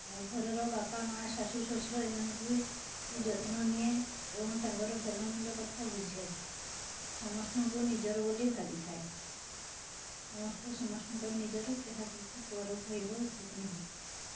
ମୁଁ ଘରର ବାପା ମାଆ ଶାଶୁ ଶଶୁର ଏମାନଙ୍କୁ ବି ଯତ୍ନ ନିଏ ଏବଂ ତାଙ୍କର ଭଲ ମନ୍ଦ କଥା ବୁଝେ ସମସ୍ତଙ୍କୁ ନିଜର ବୋଲି ଭାବିଥାଏ ସମସ୍ତେ ସମସ୍ତଙ୍କର ନିଜର କାହାକୁ ବି ପର ଭାବିବା ଉଚିତ୍ ନୁହଁ